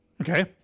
Okay